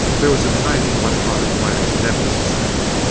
there was a tiny electronic flash, deadly silent.